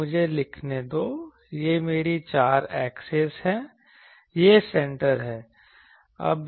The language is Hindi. मुझे लिखने दो यह मेरी x एक्सिस है यह मेरी y एक्सिस है यह सेंटर है